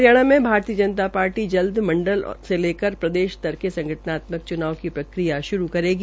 हरियाणा में भारतीय जनता पार्टी जल्द मंडल से लेकर प्रदेश स्तर के संगठनात्मक च्नाव की प्रक्रिया श्रू करेगी